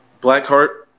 Blackheart